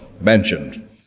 mentioned